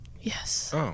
Yes